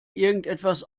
irgendwas